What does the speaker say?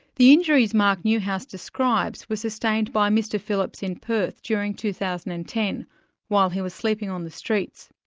the injuries mark newhouse describes were sustained by mr phillips in perth during two thousand and ten while he was sleeping on the streets.